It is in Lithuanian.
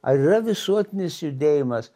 ar yra visuotinis judėjimas